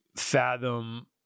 fathom